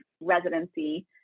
residency